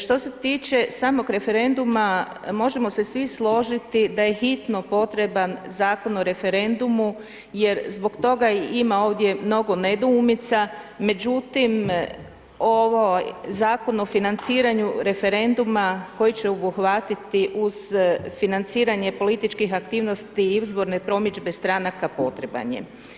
Što se tiče samog referenduma možemo se svi složiti da je hitno potreban Zakon o referendumu jer zbog toga i ima ovdje mnogo nedoumica međutim ovo Zakon o financiranju referenduma koji će obuhvatiti uz financiranje političkih aktivnosti, izborne promidžbe stranaka potreban je.